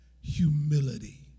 Humility